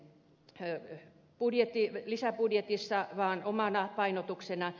heheh kdn lisäbudjetissa vaan omana painotuksena